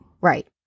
right